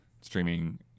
streaming